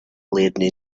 leading